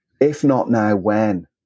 if-not-now-when